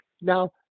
now